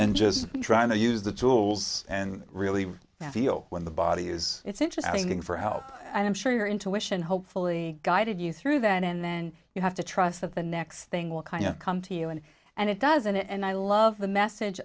and just trying to use the tools and really feel when the body is it's interesting for help i'm sure your intuition hopefully guided you through that and then you have to trust that the next thing will kind of come to you and and it does and it and i love the message